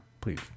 please